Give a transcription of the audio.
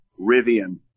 Rivian